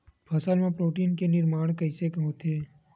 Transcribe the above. फसल मा प्रोटीन के निर्माण कइसे होथे?